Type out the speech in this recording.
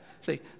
See